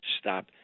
stop